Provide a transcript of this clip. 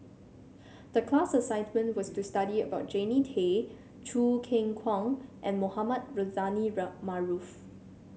the class assignment was to study about Jannie Tay Choo Keng Kwang and Mohamed Rozani Maarof